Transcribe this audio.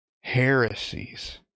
heresies